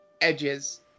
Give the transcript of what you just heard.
edges